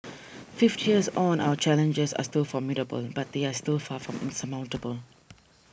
fifty years on our challenges are still formidable but they are still far from insurmountable